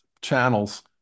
channels